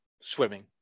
Swimming